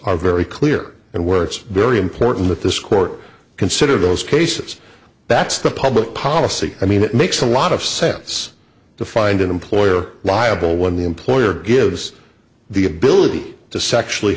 are very clear and where it's very important that this court consider those cases that's the public policy i mean it makes a lot of sense to find an employer liable when the employer gives the ability to sexually